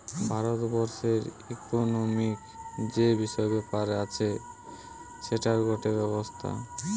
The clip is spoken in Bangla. ভারত বর্ষের ইকোনোমিক্ যে বিষয় ব্যাপার আছে সেটার গটে ব্যবস্থা